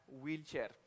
wheelchair